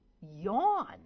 yawn